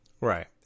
Right